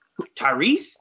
Tyrese